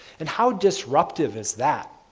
and how disruptive is that?